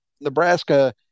Nebraska